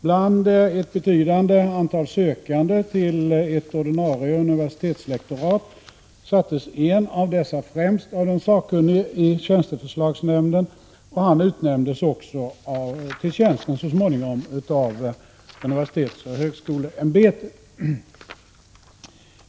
Bland ett betydande antal sökande till ett ordinarie universitetslektorat sattes en av dessa främst av en sakkunnig i tjänsteförslagsnämnden. Han utnämndes också till tjänsten så småningom av universitetsoch högskoleämbetet.